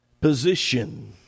position